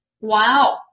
Wow